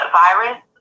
virus